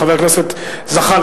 חבר הכנסת זחאלקה,